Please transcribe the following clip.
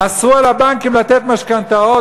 אסרו על הבנקים לתת משכנתאות,